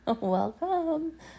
Welcome